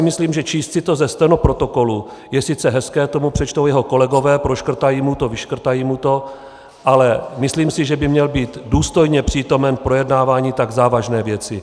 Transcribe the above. Myslím si, že číst si to ze stenoprotokolu je sice hezké, to mu přečtou jeho kolegové, proškrtají mu to, vyškrtají mu to, ale myslím si, že by měl být důstojně přítomen projednávání tak závažné věci.